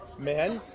men.